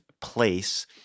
place